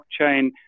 blockchain